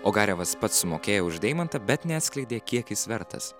o garevas pats sumokėjo už deimantą bet neatskleidė kiek jis vertas